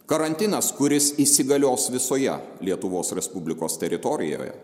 karantinas kuris įsigalios visoje lietuvos respublikos teritorijoje